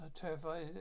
terrified